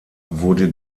wurde